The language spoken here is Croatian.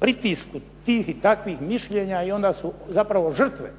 pritisku tih i takvih mišljenja onda su žrtva